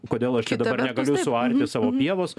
kodėl aš čia dabar negaliu suarti savo pievos